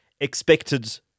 expected